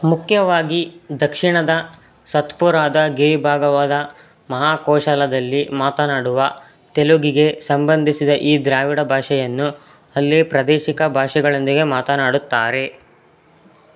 ಮುಖ್ಯವಾಗಿ ದಕ್ಷಿಣದ ಸತ್ಪುರದ ಗಿರಿಭಾಗವಾದ ಮಹಾಕೋಶಲದಲ್ಲಿ ಮಾತನಾಡುವ ತೆಲುಗಿಗೆ ಸಂಬಂಧಿಸಿದ ಈ ದ್ರಾವಿಡ ಭಾಷೆಯನ್ನು ಅಲ್ಲಿ ಪ್ರಾದೇಶಿಕ ಭಾಷೆಗಳೊಂದಿಗೆ ಮಾತನಾಡುತ್ತಾರೆ